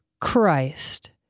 Christ